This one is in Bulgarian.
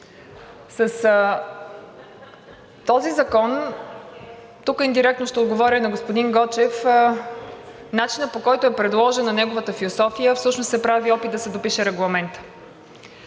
с този закон, тук индиректно ще отговоря и на господин Гочев, начинът, по който е предложена неговата философия, всъщност се прави опит да се допише Регламентът.